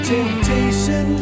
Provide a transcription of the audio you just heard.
Temptation